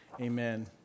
amen